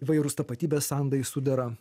įvairūs tapatybės sandai sudera